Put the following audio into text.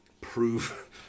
prove